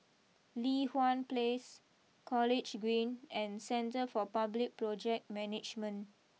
Li Hwan place College Green and Centre for Public Project Management